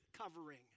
covering